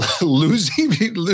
losing